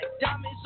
diamonds